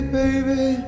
baby